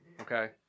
okay